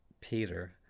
Peter